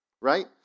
right